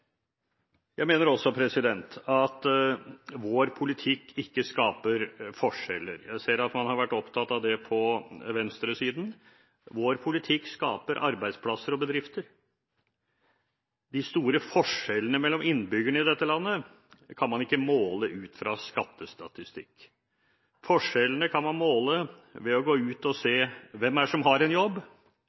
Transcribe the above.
Jeg mener at vår politikk ikke skaper forskjeller – jeg ser at man har vært opptatt av det på venstresiden. Vår politikk skaper arbeidsplasser og bedrifter. De store forskjellene mellom innbyggerne i dette landet kan man ikke måle ut fra skattestatistikk. Forskjellene kan man måle ved å gå ut og se på: Hvem er det som har en jobb?